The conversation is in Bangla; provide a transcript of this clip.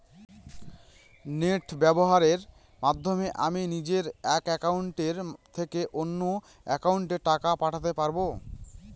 নেট ব্যবহারের মাধ্যমে আমি নিজে এক অ্যাকাউন্টের থেকে অন্য অ্যাকাউন্টে টাকা পাঠাতে পারব?